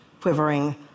quivering